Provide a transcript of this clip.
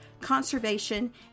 conservation